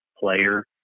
player